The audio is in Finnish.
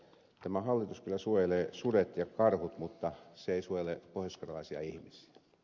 tämä hallitus kyllä suojelee sudet ja karhut mutta seiskoille pois käväisi as